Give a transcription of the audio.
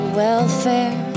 welfare